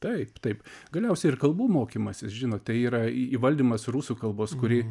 taip taip galiausiai ir kalbų mokymasis žinote yra įvaldymas rusų kalbos kuri